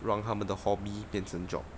让他们的 hobby 变成 job